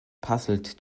puzzled